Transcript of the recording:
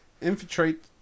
infiltrate